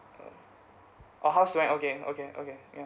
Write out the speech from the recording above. uh house do I okay okay ya